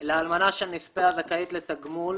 לאלמנה של נספה הזכאית לתגמול